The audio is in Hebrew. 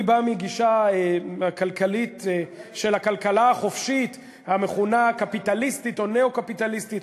אני בא מגישה של הכלכלה החופשית המכונה קפיטליסטית או ניאו-קפיטליסטית.